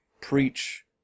preach